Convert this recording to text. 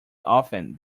often